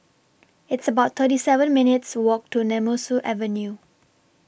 It's about thirty seven minutes' Walk to Nemesu Avenue